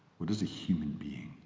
what is a human being?